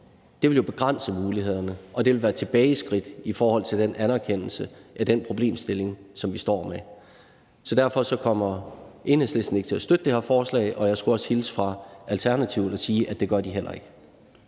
vil begrænse mulighederne, og det vil været et tilbageskridt i forhold til den anerkendelse af den problemstilling, som vi står med. Så derfor kommer Enhedslisten ikke til at støtte det her forslag, og jeg skulle også hilse fra Alternativet og sige, at det gør de heller ikke.